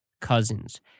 Cousins